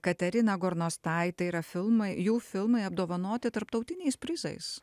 katarina gornostai tai yra filmai jų filmai apdovanoti tarptautiniais prizais